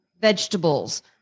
vegetables